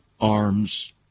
arms